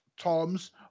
toms